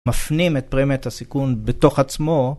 מפנים את פרימיית הסיכון בתוך עצמו.